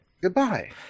goodbye